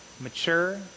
mature